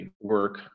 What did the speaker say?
work